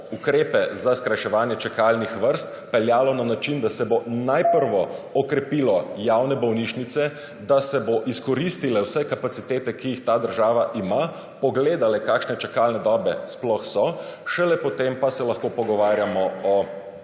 ukrepe za skrajševanje čakalnih vrst peljalo na način, da se bo najprej okrepilo javne bolnišnice, da se bo izkoristilo vse kapacitete, ki jih ta država ima, pogledale kakšne čakalne dobe sploh so, šele potem pa se lahko pogovarjamo o